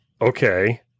Okay